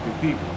people